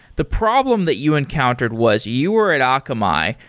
the problem that you encountered was you were at akamai.